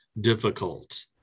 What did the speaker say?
difficult